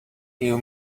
you